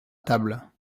table